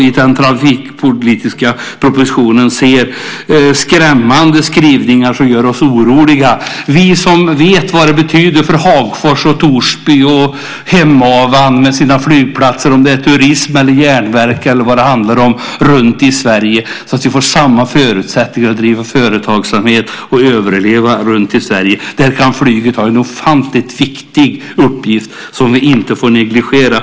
I den trafikpolitiska propositionen ser vi skrämmande skrivningar som gör oss oroliga. Vi vet vad flygplatserna betyder för Hagfors, Torsby och Hemavan oavsett om det handlar om turism, järnverk eller något annat. Vi måste få samma förutsättningar för att driva företag och för att överleva runtom i Sverige. Och där kan flyget ha en oerhört viktig uppgift som vi inte får negligera.